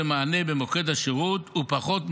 למענה במוקד השירות הוא פחות מדקה,